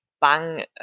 bang